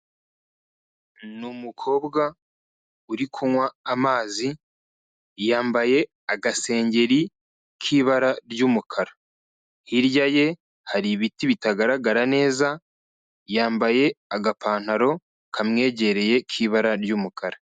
Ni umukobwa uri kunywa amazi, yambaye agasengeri k'ibara ry'umukara, hirya ye hari ibiti bitagaragara neza, yambaye agapantaro kamwegereye k'ibara ry'umukara.